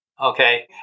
Okay